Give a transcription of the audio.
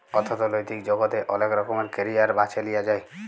অথ্থলৈতিক জগতে অলেক রকমের ক্যারিয়ার বাছে লিঁয়া যায়